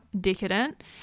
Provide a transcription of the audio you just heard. decadent